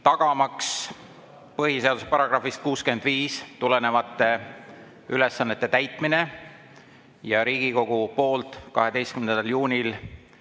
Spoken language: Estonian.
tagamaks põhiseaduse §‑st 65 tulenevate ülesannete täitmine ja Riigikogu poolt 12. juunil